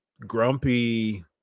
grumpy